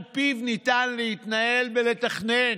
על פיו ניתן להתנהל ולתכנן.